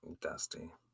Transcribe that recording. Dusty